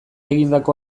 egindako